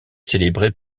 célébrés